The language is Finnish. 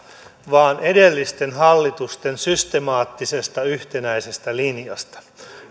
vaan edellisten hallitusten systemaattisesta yhtenäisestä linjasta